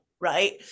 right